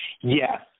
Yes